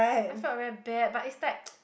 I felt very bad but it's like